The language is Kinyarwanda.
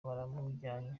baramujyanye